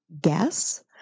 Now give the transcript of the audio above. guess